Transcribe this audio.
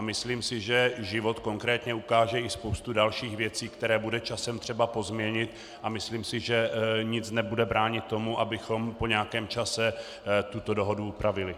Myslím, že život konkrétně ukáže i spoustu dalších věcí, které bude časem třeba pozměnit, a myslím, že nic nebude bránit tomu, abychom po nějakém čase tuto dohodu upravili.